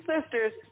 sisters